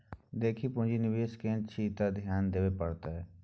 देखी पुंजी निवेश केने छी त ध्यान देबेय पड़तौ